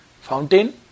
fountain